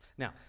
Now